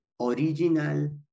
original